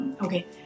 okay